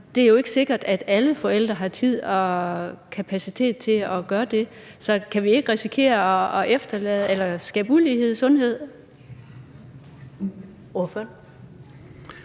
det er jo ikke sikkert, at alle forældre har tid og kapacitet til at gøre det. Så kan vi ikke risikere at skabe ulighed i sundhed? Kl.